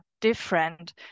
different